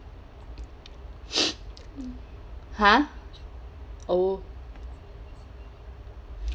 ha oh